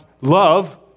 love